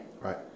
Right